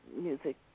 music